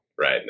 right